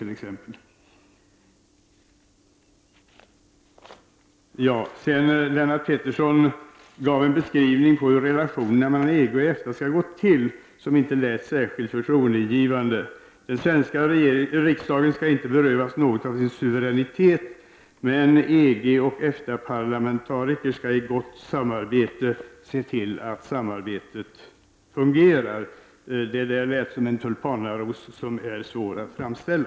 Lennart Pettersson gav en beskrivning av hur relationerna mellan EG och EFTA skall gå till, en beskrivning som inte lät särskilt förtroendeingivande. Den svenska riksdagen skall inte berövas något av sin suveränitet, men EG och EFTA-parlamentariker skall i gott samarbete se till att samarbetet fungerar. Det där låter som en tulipanaros som är svår att framställa.